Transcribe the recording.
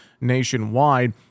nationwide